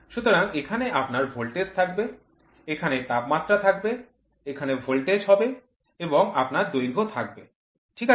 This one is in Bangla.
সুতরাং এখানে আপনার ভোল্টেজ থাকবে এখানে তাপমাত্রা থাকবে এখানে ভোল্টেজ হবে এবং আপনার দৈর্ঘ্য থাকবে ঠিক আছে